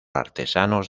artesanos